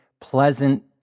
pleasant